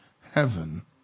heaven